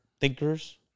thinkers